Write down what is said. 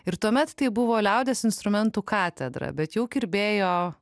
ir tuomet tai buvo liaudies instrumentų katedra bet jau kirbėjo